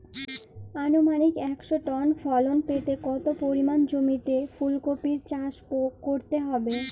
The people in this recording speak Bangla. আনুমানিক একশো টন ফলন পেতে কত পরিমাণ জমিতে ফুলকপির চাষ করতে হবে?